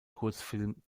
kurzfilm